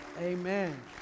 Amen